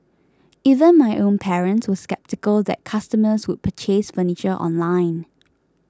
even my own parents were sceptical that customers would purchase furniture online